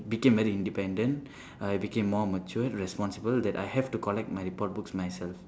became very independent I became more matured responsible that I have to collect my report books myself